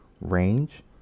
range